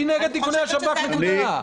כן, היא נגד איכוני השב"כ, נקודה.